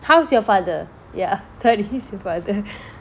how's your father ya sorry he's your father